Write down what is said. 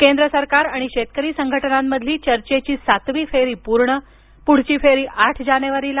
केंद्र सरकार आणि शेतकरी संघटनांमधली चर्चेची सातवी फेरी पूर्ण पुढची फेरी आठ जानेवारीला